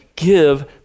Give